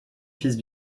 fils